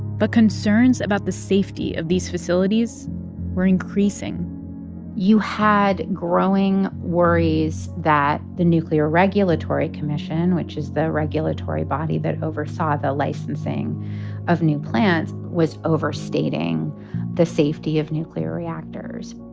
but concerns about the safety of these facilities were increasing you had growing worries that the nuclear regulatory commission, which is the regulatory body that oversaw the licensing of new plants, was overstating the safety of nuclear reactors.